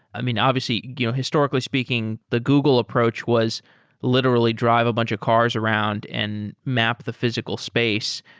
i mean, obviously, you know historically speaking, the google approach was literally drive a bunch of cars around and map the physical space.